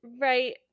right